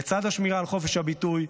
לצד השמירה על חופש הביטוי,